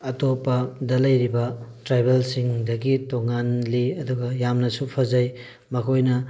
ꯑꯇꯣꯞꯄꯗ ꯂꯩꯔꯤꯕ ꯇ꯭ꯔꯥꯏꯕꯦꯜꯁꯤꯡꯗꯒꯤ ꯇꯣꯉꯥꯜꯂꯤ ꯑꯗꯨꯒ ꯌꯥꯝꯅꯁꯨ ꯐꯖꯩ ꯃꯈꯣꯏꯅ